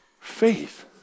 faith